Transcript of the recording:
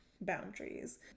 boundaries